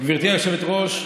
גברתי היושבת-ראש,